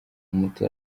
umuti